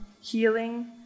healing